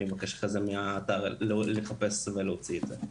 אני אבקש אחרי זה מהאתר לחפש ולהוציא את זה.